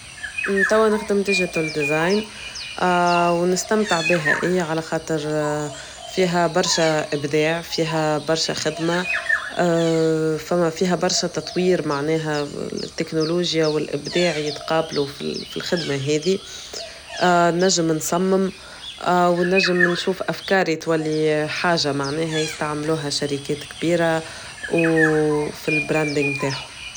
تو نخدم ديجيتال ديزاين ونستمتع بها إي على خاطر فيها برشا إبداع فيها برشا خدمة فيها برشا تطوير معناها التكنولوجيا والإبداع يتقابلوا في الخدمة هذه نجم نصمم ونجم نشوف أفكار يتولي حاجة معناها يستعملوها شركات كبيرة وفي البراندينج متاعهم.